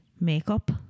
makeup